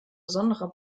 besonderer